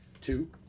Two